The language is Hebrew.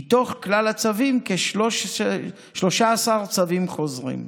מתוך כלל הצווים, 13 צווים חוזרים.